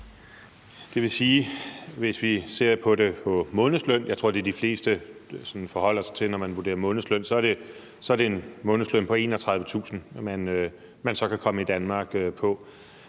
Det vil sige, at hvis vi ser på det på basis af månedsløn – jeg tror, de fleste forholder sig til det i forhold til at vurdere månedsløn – er det en månedsløn på 31.000 kr., som man så kan komme til Danmark på.